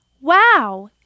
Wow